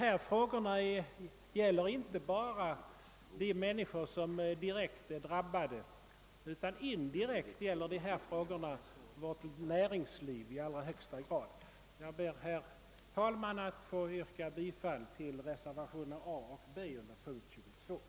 Dessa frågor berör alltså inte bara de människor som är direkt drabbade utan indirekt även i allra högsta grad vårt näringsliv. Herr talman! Jag ber att få yrka bifall till reservationerna 4 a och 4b.